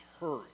hurry